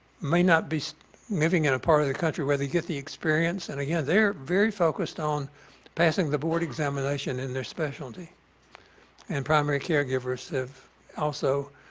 may not be living in a part of the country where they get the experience and again, they're very focused on passing the board examination in their specialty and primary caregivers have also